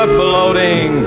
floating